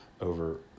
over